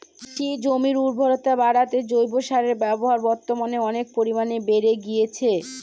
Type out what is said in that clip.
কৃষিজমির উর্বরতা বাড়াতে জৈব সারের ব্যবহার বর্তমানে অনেক পরিমানে বেড়ে গিয়েছে